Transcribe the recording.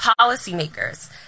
policymakers